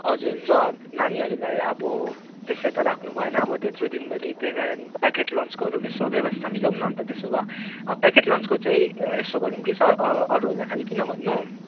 हजुर र नानीहरूलाई अब त्यसै त राख्नु भएन अब त्यत्रो दिनभरि त्यही कारण प्याकेट लन्चहरू यसो व्यवस्था मिलाउँ न अन्त त्यसो भए प्याकेट लन्चको चाहिँ यसो गरौँ कि सर अरूहरूलाई खालि किन भन्नु